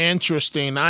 Interesting